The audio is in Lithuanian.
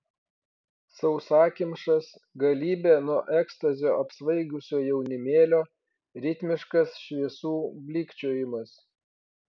sausakimšas galybė nuo ekstazio apsvaigusio jaunimėlio ritmiškas šviesų blykčiojimas